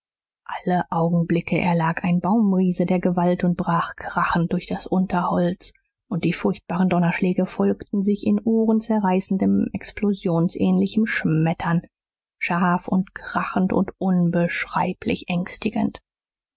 alle augenblicke erlag ein baumriese der gewalt und brach krachend durch das unterholz und die furchtbaren donnerschläge folgten sich in ohrenzerreißendem explosionsähnlichem schmettern scharf und krachend und unbeschreiblich ängstigend